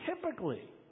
typically